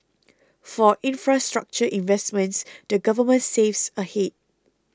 for infrastructure investments the Government saves ahead